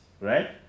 right